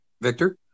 Victor